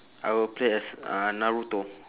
I will play as uh naruto